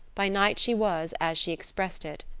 by night she was, as she expressed it,